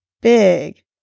Big